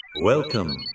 Welcome